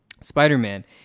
Spider-Man